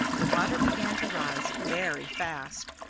the water began to rise very fast.